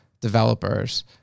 developers